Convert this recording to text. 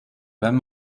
wenn